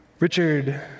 Richard